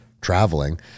traveling